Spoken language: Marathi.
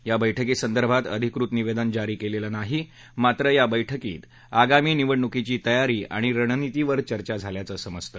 या बैठकीसंदर्भात अधिकृत निवेदन जारी केलेलं नाही मात्र या बैठकीत आगामी निवडणुकीची तयारी आणि रणनीतीवर चर्चा झाल्याचं समजतं